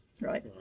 right